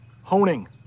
Honing